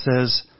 says